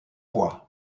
voies